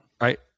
right